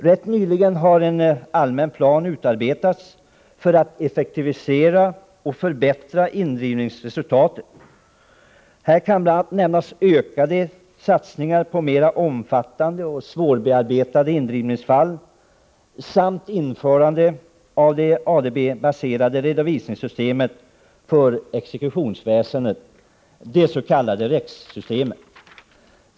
Rätt nyligen har en allmän plan utarbetats för effektivisering och förbättring av indrivningsresultatet. Här kan bl.a. nämnas ökade satsningar på mer omfattande och svårbearbetade indrivningsfall samt införande av det ADB baserade redovisningssystemet för exekutionsväsendet, det s.k. REX systemet.